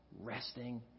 resting